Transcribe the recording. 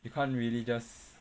you can't really just